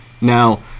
now